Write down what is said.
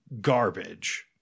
garbage